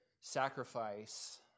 sacrifice